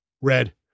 Red